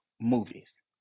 movies